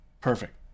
Perfect